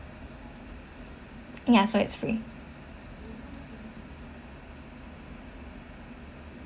ya so it's free